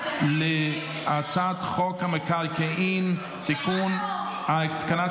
אני קובע כי הצעת חוק המקרקעין (תיקון מס' 36) (התקנת